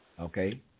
Okay